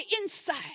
inside